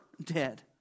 dead